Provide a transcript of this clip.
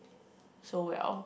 so well